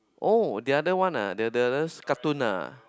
oh the other one ah the other cartoon ah